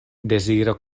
deziro